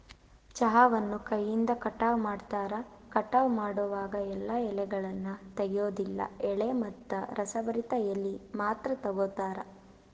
ಚಹಾವನ್ನು ಕೈಯಿಂದ ಕಟಾವ ಮಾಡ್ತಾರ, ಕಟಾವ ಮಾಡೋವಾಗ ಎಲ್ಲಾ ಎಲೆಗಳನ್ನ ತೆಗಿಯೋದಿಲ್ಲ ಎಳೆ ಮತ್ತ ರಸಭರಿತ ಎಲಿ ಮಾತ್ರ ತಗೋತಾರ